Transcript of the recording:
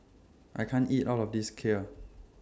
I can't eat All of This Kheer